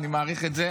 אני מעריך את זה,